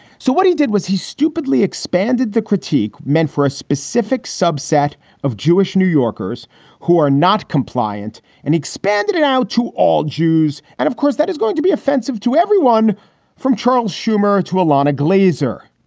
so what he did was he stupidly expanded the critique meant for a specific subset of jewish new yorkers who are not compliant and expanded it out to all jews. and of course, that is going to be offensive to everyone from charles schumer to ilana glazer.